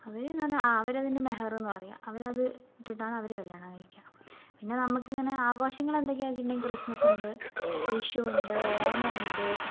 അവരെന്നു പറഞ്ഞാൽ ആ അവരതിന് മെഹർ എന്നു പറയുക അവരത് ഇട്ടിട്ടാണ് അവർ കല്ല്യാണം കഴിക്കുക പിന്നെ നമ്മൾക്കിങ്ങനെ ആഘോഷങ്ങളെന്തൊക്കെയാണെന്നു വച്ചിട്ടുണ്ടെങ്കിൽ ക്രിസ്മസ് ഉണ്ട് വിഷു ഉണ്ട് ഓണമുണ്ട്